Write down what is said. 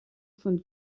von